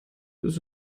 ist